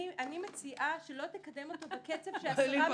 אני מציעה שלא תקדם אותו בקצב שהשרה מבקשת אותו.